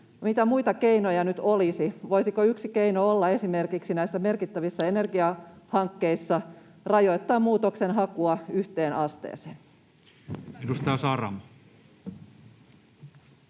Mitä muita keinoja nyt olisi? Voisiko yksi keino olla esimerkiksi näissä merkittävissä energiahankkeissa rajoittaa muutoksenhakua yhteen asteeseen? [Speech